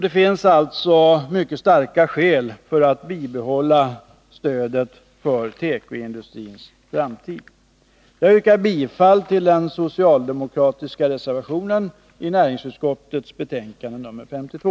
Det finns alltså mycket starka skäl för att bibehålla stödet för tekoindustrins framtid. Jag yrkar bifall till den socialdemokratiska reservationen vid näringsutskottets betänkande 52.